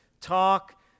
talk